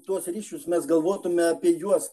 tuos ryšius mes galvotume apie juos